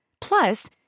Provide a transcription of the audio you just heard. Plus